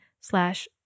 slash